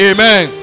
Amen